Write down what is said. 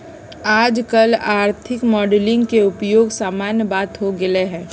याजकाल आर्थिक मॉडलिंग के उपयोग सामान्य बात हो गेल हइ